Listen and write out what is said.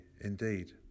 indeed